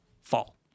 fall